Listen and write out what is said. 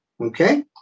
Okay